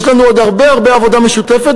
יש לנו עוד הרבה הרבה עבודה משותפת,